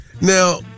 Now